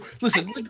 Listen